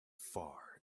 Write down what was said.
far